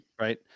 Right